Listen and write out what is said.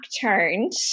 turned